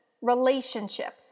relationship